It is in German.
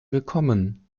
willkommen